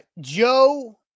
Joe